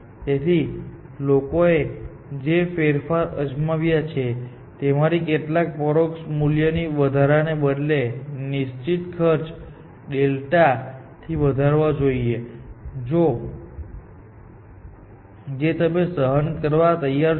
તેથી લોકોએ જે ફેરફારો અજમાવ્યા છે તેમાંથી કેટલાકને પરોક્ષ મૂલ્યથી વધારવાને બદલે નિશ્ચિત ખર્ચ ડેલ્ટાડેલ્ટા થી વધારવા જોઈએ જે તમે સહન કરવા તૈયાર છો